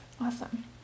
Awesome